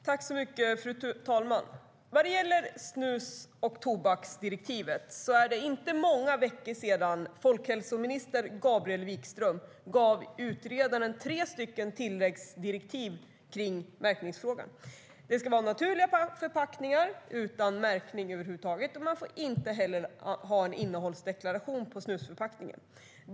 Fru talman! När det gäller snus och tobaksdirektivet är det inte många veckor sedan folkhälsominister Gabriel Wikström gav utredaren tre tilläggsdirektiv om märkningsfrågan. Det ska vara naturliga förpackningar som inte får ha någon märkning över huvud taget, och man får heller inte ha någon innehållsdeklaration på snusförpackningen.